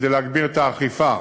כדי להגביר את האכיפה.